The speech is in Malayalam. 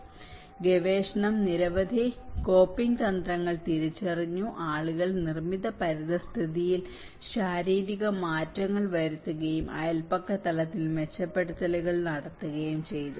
FL 2853 മുതൽ 2954 വരെ ഗവേഷണം നിരവധി കോപ്പിംഗ് തന്ത്രങ്ങൾ തിരിച്ചറിഞ്ഞു ആളുകൾ നിർമ്മിത പരിതസ്ഥിതിയിൽ ശാരീരിക മാറ്റങ്ങൾ വരുത്തുകയും അയൽപക്ക തലത്തിൽ മെച്ചപ്പെടുത്തലുകൾ നടത്തുകയും ചെയ്തു